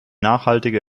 nachhaltige